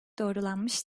doğrulanmış